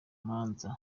manza